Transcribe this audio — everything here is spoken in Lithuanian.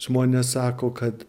žmonės sako kad